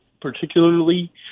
particularly